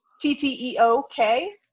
T-T-E-O-K